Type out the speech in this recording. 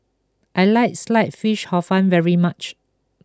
I like Sliced Fish Hor Fun very much